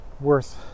worth